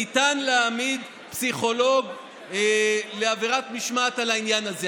ניתן להעמיד פסיכולוג על עבירת משמעת על העניין הזה,